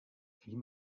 viech